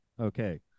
Okay